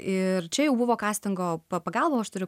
ir čia jau buvo kastingo pagalba o aš turiu